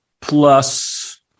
plus